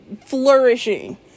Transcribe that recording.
flourishing